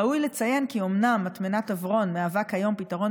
ראוי לציין כי אומנם מטמנת עברון מהווה כיום פתרון